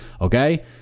okay